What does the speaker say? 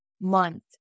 month